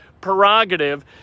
prerogative